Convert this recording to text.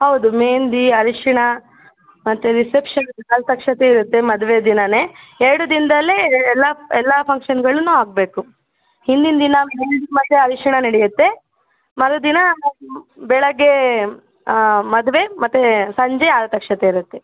ಹೌದು ಮೆಹೆಂದಿ ಅರಿಶಿನ ಮತ್ತು ರಿಸೆಪ್ಶನ್ ಆರತಕ್ಷತೆ ಇರುತ್ತೆ ಮದುವೆ ದಿನವೇ ಎರಡು ದಿನದಲ್ಲೇ ಎಲ್ಲ ಎಲ್ಲ ಫಂಕ್ಷನ್ಗಳೂ ಆಗಬೇಕು ಹಿಂದಿನ ದಿನ ಮೆಹೆಂದಿ ಮತ್ತು ಅರಿಶಿನ ನಡೆಯುತ್ತೆ ಮರುದಿನ ಬೆಳಗ್ಗೆ ಮದುವೆ ಮತ್ತೆ ಸಂಜೆ ಆರತಕ್ಷತೆ ಇರುತ್ತೆ